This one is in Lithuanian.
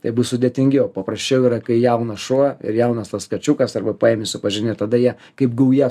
tai bus sudėtingiau paprasčiau yra kai jaunas šuo ir jaunas tas kačiukas arba paimi supažini tada jie kaip gauja